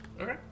Okay